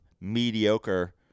mediocre